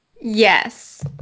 yes